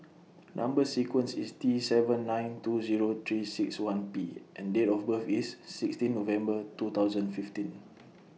Number sequence IS T seven nine two Zero three six one P and Date of birth IS sixteen November two thousand fifteen